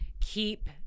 keep